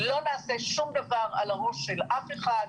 לא נעשה שום דבר על הראש של אף אחד,